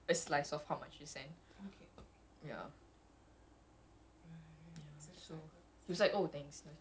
so they get I guess the creator gets like part of it but tiktok gets like a slice of how much you send